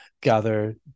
gather